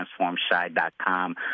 transformshy.com